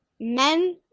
Men